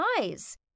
eyes